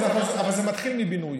אבל זה מתחיל מבינוי,